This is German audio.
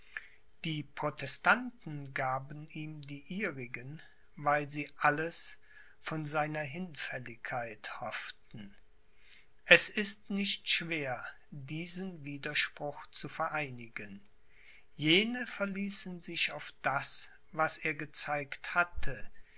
die protestanten gaben ihm die ihrigen weil sie alles von seiner hinfälligkeit hofften es ist nicht schwer diesen widerspruch zu vereinigen jene verließen sich auf das was er gezeigt hatte